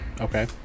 Okay